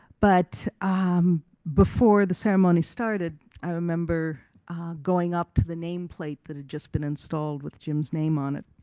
but um before the ceremony started i remember going up to the nameplate that had just been installed with jim's name on it